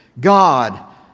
God